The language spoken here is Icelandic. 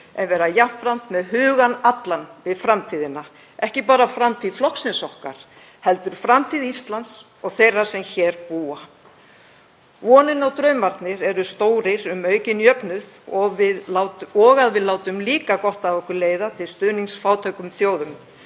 en vera jafnframt með hugann allan við framtíðina. Ekki bara framtíð flokksins okkar heldur framtíð Íslands og þeirra sem hér búa. Vonin og draumarnir eru stórir um aukinn jöfnuð og að við látum líka gott af okkur leiða til stuðnings fátækum þjóðum.